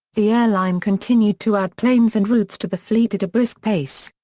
the airline continued to add planes and routes to the fleet at a brisk pace.